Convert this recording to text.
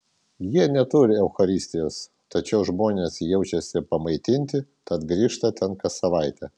jie neturi eucharistijos tačiau žmonės jaučiasi pamaitinti tad grįžta ten kas savaitę